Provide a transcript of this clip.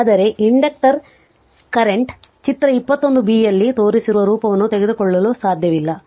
ಆದರೆ inductor current ಚಿತ್ರ 21 b ರಲ್ಲಿ ತೋರಿಸಿರುವ ರೂಪವನ್ನು ತೆಗೆದುಕೊಳ್ಳಲು ಸಾಧ್ಯವಿಲ್ಲ